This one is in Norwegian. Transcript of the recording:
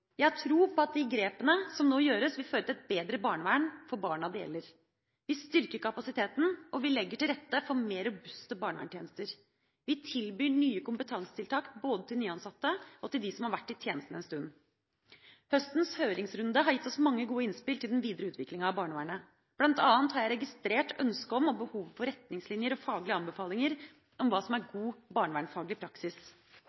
Jeg har tro på at de grepene som nå gjøres, vil føre til et bedre barnevern for barna det gjelder. Vi styrker kapasiteten, og vi legger til rette for mer robuste barneverntjenester. Vi tilbyr nye kompetansetiltak både til nyansatte og til dem som har vært i tjenesten en stund. Høstens høringsrunde har gitt oss mange gode innspill til den videre utviklinga av barnevernet. Blant annet har jeg registrert ønsket om og behovet for retningslinjer og faglige anbefalinger om hva som er